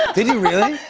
yeah did you really?